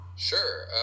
Sure